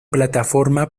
plataforma